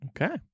Okay